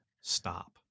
stop